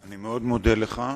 אני מאוד מודה לך.